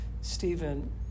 Stephen